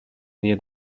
near